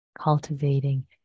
cultivating